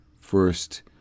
first